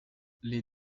les